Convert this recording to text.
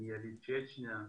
אני יליד צ'צ'ניה.